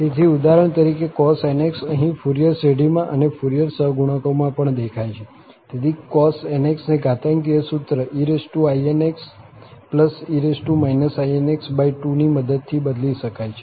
તેથી ઉદાહરણ તરીકે cos⁡nx અહીં ફુરિયર શ્રેઢીમાં અને ફુરિયર સહગુણકોમાં પણ દેખાય છે તેથી cos⁡nx ને ઘાતાંકીય સૂત્ર einxe inx2 ની મદદથી બદલી શકાય છે